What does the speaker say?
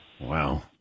wow